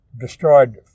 destroyed